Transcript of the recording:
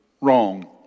wrong